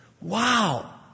Wow